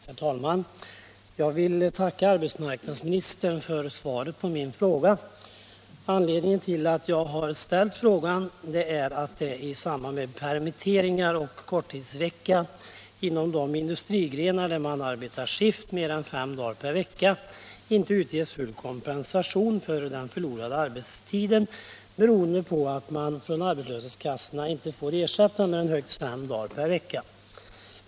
Herr talman! Jag vill tacka arbetsmarknadsministern för svaret på min fråga. Anledningen till att jag har ställt frågan är att det i samband med permitteringar och korttidsvecka inom de industrigrenar där man arbetar skift mer än fem dagar per vecka inte utges full kompensation för den förlorade arbetstiden, beroende på att man från arbetslöshetskassorna inte får ersättning för mer än högst fem dagar per vecka.